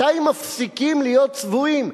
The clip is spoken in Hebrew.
מתי מפסיקים להיות צבועים?